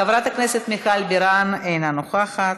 חברת הכנסת מיכל בירן, אינה נוכחת,